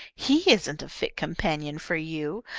he isn't a fit companion for you.